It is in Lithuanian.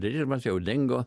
dirbant jau dingo